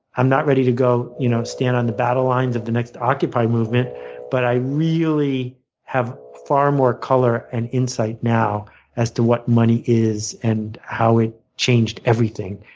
i'm not ready to go you know stand on the battle lines of the next occupy movement but i really have far more color and insight now as to what money is and how it changed everything,